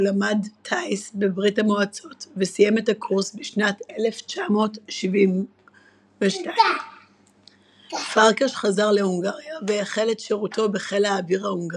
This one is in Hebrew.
הוא למד טייס בברית המועצות וסיים את הקורס בשנת 1972. פרקש חזר להונגריה והחל את שרותו בחיל האוויר ההונגרי.